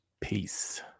Peace